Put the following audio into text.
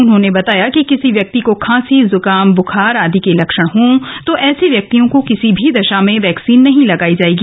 उन्होंने बताया कि किसी व्यक्ति को खांसी जुकाम बुखार आदि के लक्षण हों तो ऐंसे व्यक्तियों को किसी भी दशा में वैक्सीन नहीं लगायी जायेगी